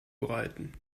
bereiten